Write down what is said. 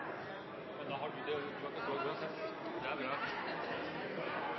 i, har vi ment at det har